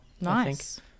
Nice